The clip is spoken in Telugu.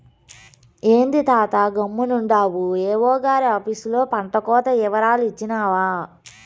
ఏంది తాతా గమ్మునుండావు ఏవో గారి ఆపీసులో పంటకోత ఇవరాలు ఇచ్చినావా